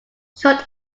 short